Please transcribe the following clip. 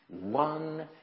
One